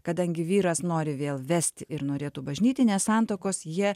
kadangi vyras nori vėl vest ir norėtų bažnytinės santuokos jie